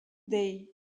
day